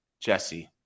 Jesse